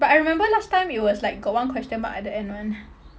but I remember last time it was like got one question mark at the end [one]